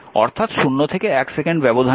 অর্থাৎ 0 থেকে 1 সেকেন্ড ব্যবধানের জন্য i dt 1 dt